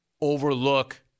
overlook